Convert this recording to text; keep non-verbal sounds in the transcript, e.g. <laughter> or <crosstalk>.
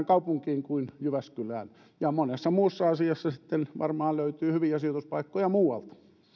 <unintelligible> kaupunkiin kuin jyväskylä monessa muussa asiassa varmaan löytyy hyviä sijoituspaikkoja muualta